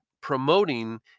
promoting